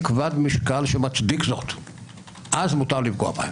אני לא אחזור על הטקסט הארוך,